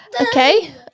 Okay